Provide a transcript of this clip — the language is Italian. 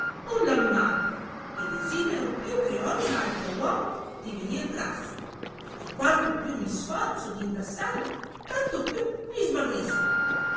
nulla mi manca e desidero più che ogn altro uomo divenir grasso e quanto più mi sforzo di ingrassarmi tanto più mi smagrisco